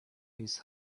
his